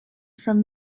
from